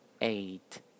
eight